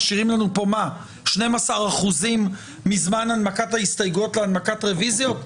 משאירים לנו פה 12% מזמן הנמקת ההסתייגויות להנמקת רוויזיות?